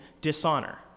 dishonor